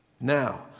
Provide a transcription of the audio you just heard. Now